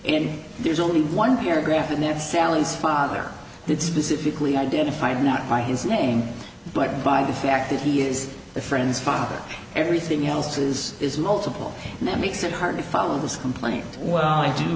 in there's only one paragraph and that sally's father did specifically identified not by his name but by the fact that he is the friend's father everything else is is multiple and that makes it hard to follow this complaint well i do